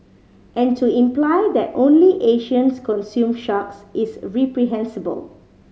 and to imply that only Asians consume sharks is reprehensible